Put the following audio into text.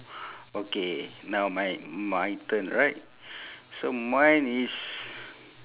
okay now my my turn right so mine is